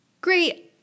great